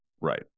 Right